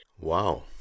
Wow